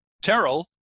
Terrell